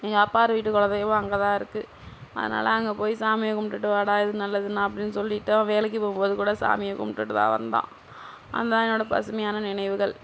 எங்கள் அப்பாரு வீட்டு குலதெய்வம் அங்கேதான் இருக்குது அதனால் அங்கே போய் சாமியை கும்பிடுட்டு வாடா இது நல்லதுனால் அப்படின்னு சொல்லிவிட்டு அவன் வேலைக்கு போகும்போது கூட சாமியை கும்பிடுட்டுதான் வந்தான் அதுதான் என்னோடய பசுமையான நினைவுகள்